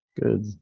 Good